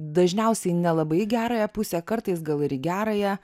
dažniausiai nelabai į gerąją pusę kartais gal ir į gerąją